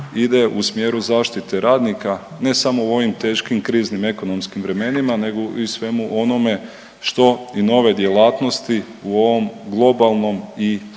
ide u smjeru zaštite radnika, ne samo u ovim teškim kriznim ekonomskim vremenima, nego i svemu onome što i nove djelatnosti u ovom globalnom i, ja